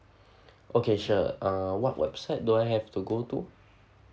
okay sure uh what website do I have to go to